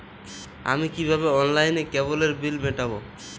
আমি কিভাবে অনলাইনে কেবলের বিল মেটাবো?